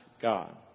God